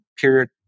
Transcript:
period